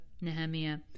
Nehemiah